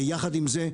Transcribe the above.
ויחד עם זה,